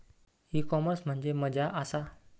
E commerce म्हणजे मझ्या आसा?